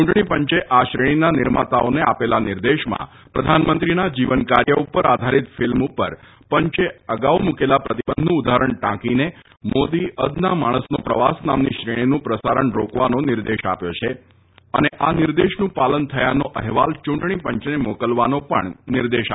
ચૂંટણી પંચે આ શ્રેણીના નિર્માતાઓને આપેલા નિર્દેશમાં પ્રધાનમંત્રીના જીવન કાર્ય ઉપર આધારિત ફિલ્મ ઉપર પંચે અગાઉ મૂકેલા પ્રતિબંધનું ઉદાહરણ ટાંકીને મોદી અદના માણસનો પ્રવાસ નામની શ્રેણીનું પ્રસારણ રોકવાનો નિર્દેશ આપ્યો છે અને આ નિર્દેશનું પાલન થયાનો અહેવાલ ચૂંટણીપંચને મોકલવાનો પણ નિર્દેશ આપ્યો છે